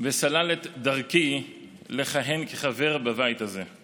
וסלל את דרכי לכהן כחבר בבית הזה.